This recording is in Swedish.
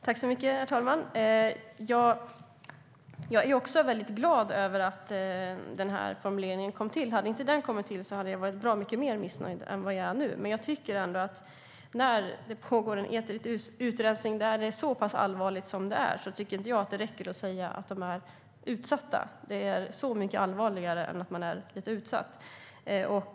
Herr talman! Också jag är glad över att denna formulering kom till. Om inte den hade kommit till hade jag varit bra mycket mer missnöjd än vad jag är nu. Men när det pågår en etnisk utrensning som är så pass allvarlig som denna tycker jag ändå inte att det räcker att säga att människor är utsatta. Det är så mycket allvarligare än att någon är lite utsatt.